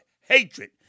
hatred